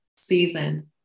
season